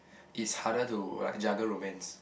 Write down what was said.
is harder to like juggle romance